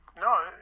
No